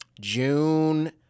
June